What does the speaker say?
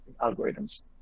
algorithms